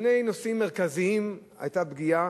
בשני נושאים מרכזיים היתה פגיעה,